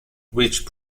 which